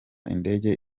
indege